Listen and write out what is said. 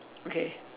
okay